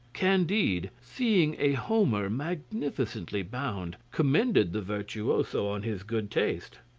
candide, seeing a homer magnificently bound, commended the virtuoso on his good taste.